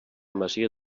masia